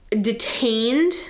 detained